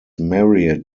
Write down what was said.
married